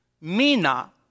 Mina